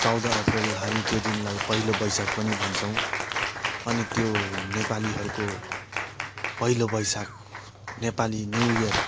चौध अप्रेल हामी त्यो दिनलाई पहिलो बैशाख पनि भन्छौँ अनि त्यो नेपालीहरूको पहिलो बैशाख नेपाली न्यु इयर